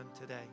today